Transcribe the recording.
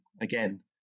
again